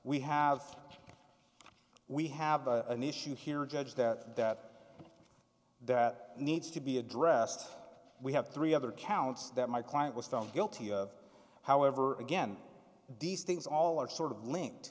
we have we have a issue here judge that that needs to be addressed we have three other counts that my client was found guilty of however again these things all are sort of linked